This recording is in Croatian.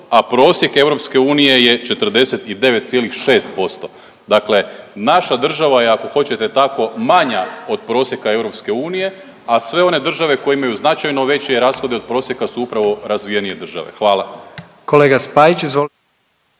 a prosjek EU je 49,6%, dakle naša država je ako hoćete tako manja od prosjeka EU, a sve one države koje imaju značajno veće rashode od prosjeka su upravo razvijenije države, hvala.